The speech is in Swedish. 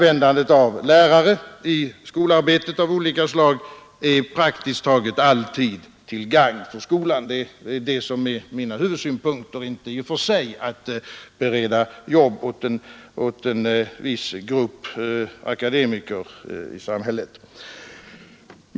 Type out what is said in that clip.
Att använda lärare i skolarbete är praktiskt taget att bereda arbetslösa lärare sysselsättning inom skolan alltid till gagn för skolan — för mig är detta huvudsaken, inte att man bereder arbete åt en viss grupp akademiker i samhället.